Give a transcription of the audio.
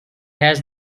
has